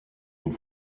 une